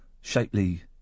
shapely